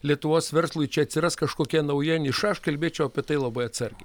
lietuvos verslui čia atsiras kažkokia nauja niša aš kalbėčiau apie tai labai atsargiai